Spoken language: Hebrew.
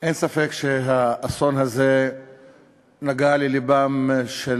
אין ספק שהאסון הזה נגע ללבם של